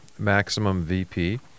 MaximumVP